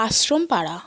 আশ্রম পাড়া